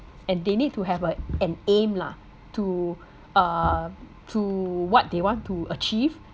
and they need to have a an aim lah to uh to what they want to achieve